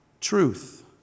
truth